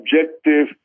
objective